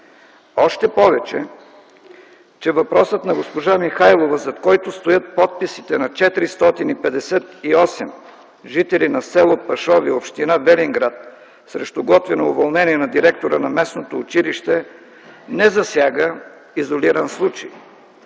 Още повече, че въпросът на госпожа Михайлова, зад който стоят подписите на 458 жители на с. Пашови, община Велинград, срещу готвено уволнение на директора на местното училище, не засяга изолиран случай.